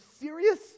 serious